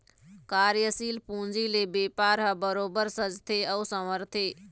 कार्यसील पूंजी ले बेपार ह बरोबर सजथे अउ संवरथे